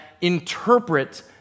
interpret